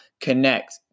connect